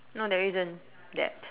no there's isn't that